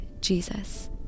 Jesus